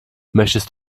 möchtest